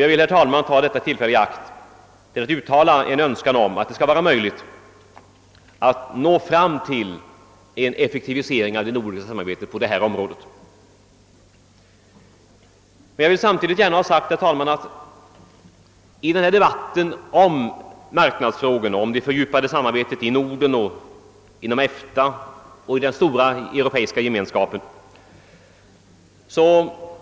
Jag vill, herr talman, ta detta tillfälle i akt för att uttala en önskan om att det skall vara möjligt att nå fram till en effektivisering av det nordiska samarbetet på det här området. Samtidigt vill jag gärna ha sagt att i debatten om marknadsfrågorna och om det fördjupade samarbetet i Norden, inom EFTA och i den stora europeiska Gemenskapen